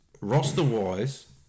roster-wise